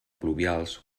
pluvials